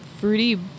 fruity